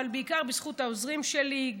אבל בעיקר בזכות העוזרים שלי,